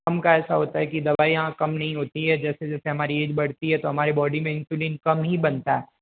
कम का ऐसा होता है की दवाइयाँ कम नहीं होती है जैसे जैसे हमारे एज बढ़ती है तो हमारी बॉडी में इंसुलिन कम ही बनता है